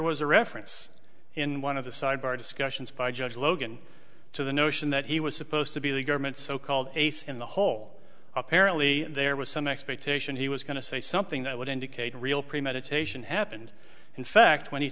was a reference in one of the sidebar discussions by judge logan to the notion that he was supposed to be the government's so called ace in the hole apparently there was some expectation he was going to say something that would indicate real premeditation happened in fact when he